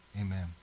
amen